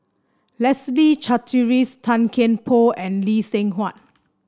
Leslie Charteris Tan Kian Por and Lee Seng Huat